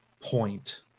point